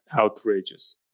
outrageous